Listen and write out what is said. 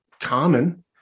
common